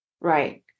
Right